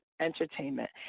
entertainment